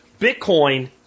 Bitcoin